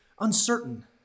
uncertain